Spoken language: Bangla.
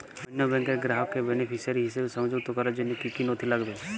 অন্য ব্যাংকের গ্রাহককে বেনিফিসিয়ারি হিসেবে সংযুক্ত করার জন্য কী কী নথি লাগবে?